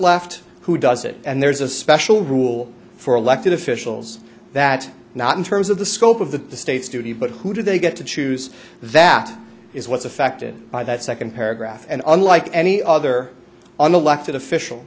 left who does it and there's a special rule for elected officials that not in terms of the scope of the state's duty but who do they get to choose that is what's affected by that second paragraph and unlike any other on the elected official